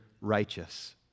righteous